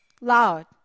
loud